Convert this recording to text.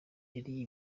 yariye